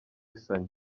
sanyu